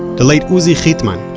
the late uzi chitman,